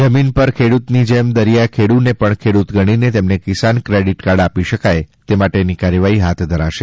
જમીન પરના ખેડૂતની જેમ દરિયા ખેડૂને પણ ખેડૂત ગણીને તેમને કિસાન ક્રેડિટ કાર્ડ આપી શકાય તે માટેની કાર્યવાહી હાથ ધરાશે